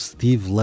Steve